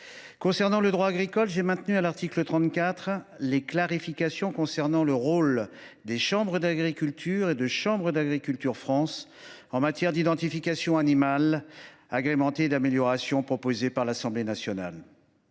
matière de droit agricole, j’ai maintenu à l’article 34 les clarifications concernant le rôle des chambres d’agriculture et de Chambres d’agriculture France en matière d’identification animale, agrémentées des améliorations proposées par l’Assemblée nationale.